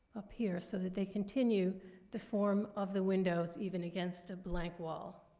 up here so that they continue the form of the windows even against a blank wall.